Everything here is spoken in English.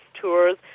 tours